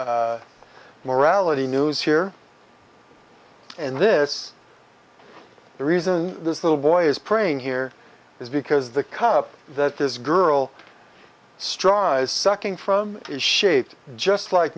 morality news here in this the reason this little boy is praying here is because the cup that this girl strives sucking from is shaped just like